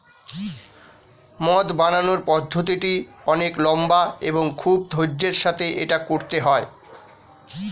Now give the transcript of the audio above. মদ বানানোর পদ্ধতিটি অনেক লম্বা এবং খুব ধৈর্য্যের সাথে এটা করতে হয়